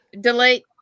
delete